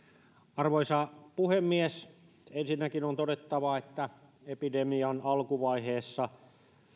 arvoisa puhemies ensinnäkin on todettava että epidemian alkuvaiheessa